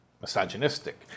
misogynistic